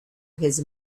his